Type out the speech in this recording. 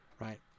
right